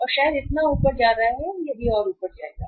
तो शायद इतना ऊपर जा रहा है यह ऊपर भी जाएगा